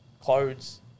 clothes